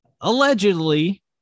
allegedly